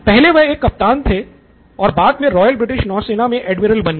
पहले वह एक कप्तान थे और बाद में रॉयल ब्रिटिश नौसेना मे एडमिरल बन गए